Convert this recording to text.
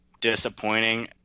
disappointing